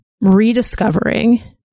rediscovering